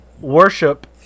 worship